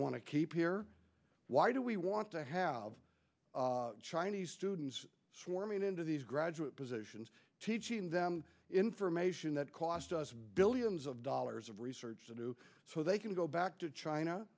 to keep here why do we want to have chinese students swarming into these graduate positions teaching them information that cost us billions of dollars of research to do so they can go back to china